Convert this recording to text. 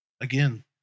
again